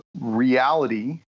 reality